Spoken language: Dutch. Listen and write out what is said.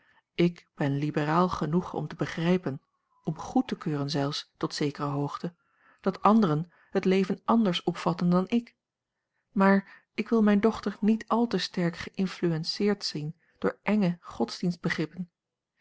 ik ben liberaal genoeg om te begrijpen om goed te keuren zelfs tot zekere hoogte dat anderen het leven anders opvatten dan ik maar ik wil mijne dochter niet al te sterk geïnfluenceerd zien door enge